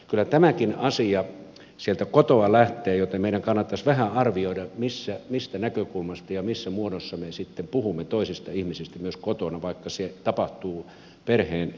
kyllä tämäkin asia sieltä kotoa lähtee joten meidän kannattaisi vähän arvioida mistä näkökulmasta ja missä muodossa me sitten puhumme toisista ihmisistä myös kotona vaikka se tapahtuu perheen keskuudessa